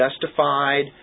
Justified